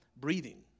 breathing